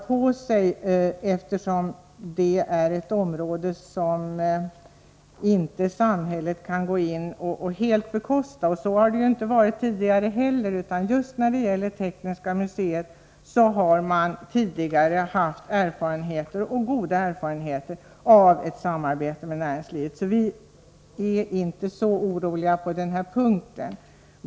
Det gäller också ett område där samhället inte kan gå in och bekosta allt. Det har ju samhället inte gjort tidigare heller, utan just för Tekniska museets del har man haft goda erfarenheter av ett samarbete med näringslivet. Vi är därför inte så oroliga på den här punkten.